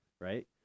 right